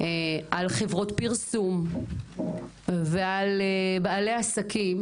על חבורת פרסום ועל בעלי עסקים